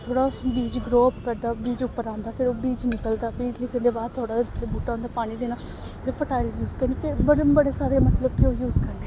थोह्ड़ा बीज grow up करदा बीज उप्पर आंदा फिर ओह् बीज निकलदा बीज निकलने दे बाद थोह्ड़ा बूह्टा ओह् पानी देना फिर फर्टाइल यूज करना बड़े बड़े सारे मतलब कि ओह् यूज करने